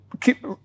keep